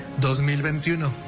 2021